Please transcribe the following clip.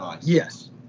yes